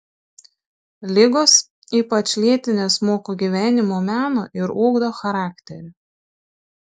ligos ypač lėtinės moko gyvenimo meno ir ugdo charakterį